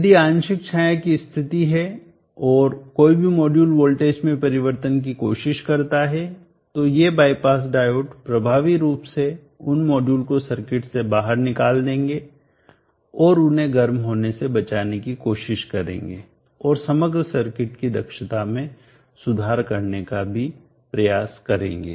यदि आंशिक छाया की स्थिति है और कोई भी मॉड्यूल वोल्टेज में परिवर्तन की कोशिश करता है तो ये बाईपास डायोड प्रभावी रूप से उन मॉड्यूल को सर्किट से बाहर निकाल देंगे और उन्हें गर्म होने से बचाने की कोशिश करेंगे और समग्र सर्किट की दक्षता में सुधार करने का भी प्रयास करेंगे